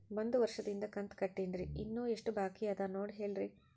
ಒಂದು ವರ್ಷದಿಂದ ಕಂತ ಕಟ್ಟೇನ್ರಿ ಇನ್ನು ಎಷ್ಟ ಬಾಕಿ ಅದ ನೋಡಿ ಹೇಳ್ರಿ